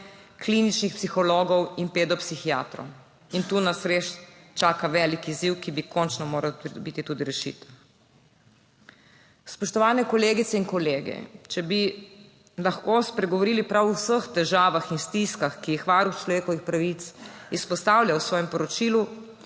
kliničnih psihologov in pedopsihiatrov. In tu nas res čaka velik izziv, ki bi končno moral pridobiti tudi rešitev. Spoštovane kolegice in kolegi, če bi lahko spregovorili prav o vseh težavah in stiskah, ki jih Varuh človekovih pravic izpostavlja v svojem poročilu,